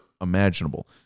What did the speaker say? imaginable